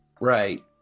Right